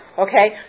Okay